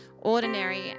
ordinary